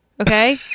Okay